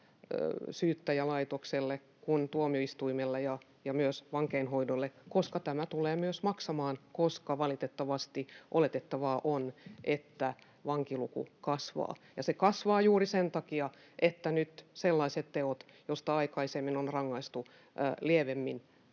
syyttäjälaitokselle, niin tuomioistuimille kuin myös vankeinhoidolle, koska tämä tulee myös maksamaan, koska valitettavasti oletettavaa on, että vankiluku kasvaa, ja se kasvaa juuri sen takia, että sellaisista teoista, joista aikaisemmin on rangaistu lievemmin,